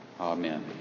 Amen